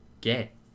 get